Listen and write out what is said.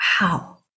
wow